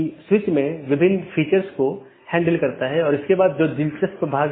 दो त्वरित अवधारणाऐ हैं एक है BGP एकत्रीकरण